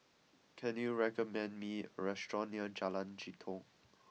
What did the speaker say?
can you recommend me a restaurant near Jalan Jitong